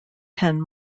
ten